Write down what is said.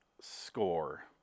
score